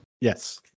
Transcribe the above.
yes